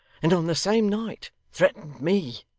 and on the same night threatened me